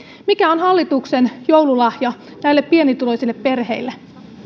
mikä on hallituksen joululahja näille pienituloisille perheille